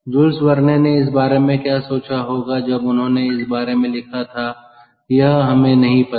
joules Verne ने इस बारे में क्या सोचा होगा जब उन्होंने इस बारे में लिखा था यह हमें नहीं पता